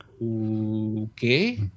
Okay